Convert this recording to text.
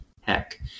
heck